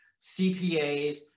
CPAs